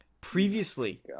Previously